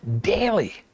daily